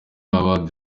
awards